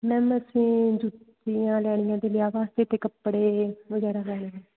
ma'am ਅਸੀਂ ਜੁੱਤੀਆਂ ਲੈਣੀਆਂ ਜੀ ਵਿਆਹ ਵਾਸਤੇ ਅਤੇ ਕੱਪੜੇ ਵਗੈਰਾ ਲੈਣੇ ਆ